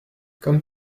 comme